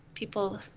people